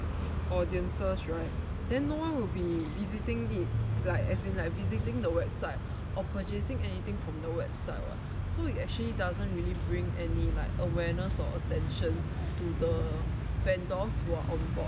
audiences right then no one will be visiting it like as in like visiting the website or purchasing anything from the website so it actually doesn't really bring any like awareness or attention to the vendors who are on board